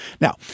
Now